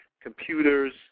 computers